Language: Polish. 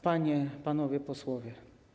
Panie i Panowie Posłowie!